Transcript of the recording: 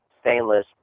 stainless